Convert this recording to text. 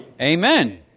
Amen